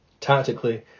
Tactically